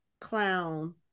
clown